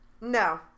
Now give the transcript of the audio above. No